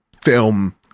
film